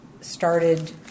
started